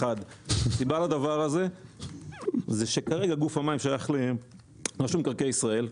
הסיבה לדבר הזה זה שכרגע גוף המים שייך לרשות מקרקעי ישראל,